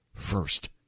First